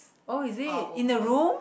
oh is it in the room